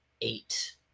eight